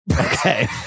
okay